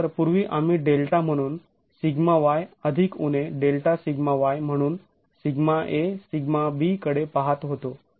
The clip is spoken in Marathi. तर पूर्वी आम्ही डेल्टा म्हणून σy ± Δσy म्हणून σa σb कडे पाहत होतो